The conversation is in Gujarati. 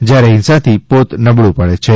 જયારે હીંસાથી પોત નબળું પડે છે